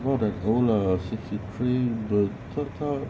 not that old lah sixty three but 他他